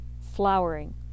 flowering